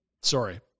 Sorry